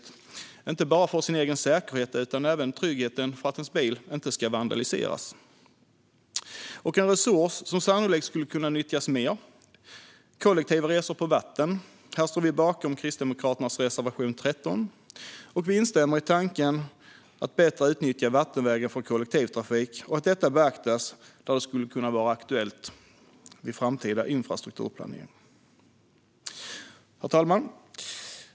Det gäller inte bara den egna säkerheten utan även tryggheten att ens bil inte ska vandaliseras. En resurs som sannolikt skulle kunna nyttjas mer är kollektiva resor på vatten. Här står vi bakom Kristdemokraternas reservation 13, och vi instämmer i tanken att bättre utnyttja vattenvägen för kollektivtrafik och att detta beaktas där det skulle kunna vara aktuellt vid framtida infrastrukturplanering. Herr talman!